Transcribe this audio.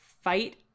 fight